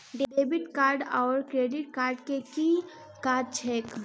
Debit card आओर credit card केँ की काज छैक?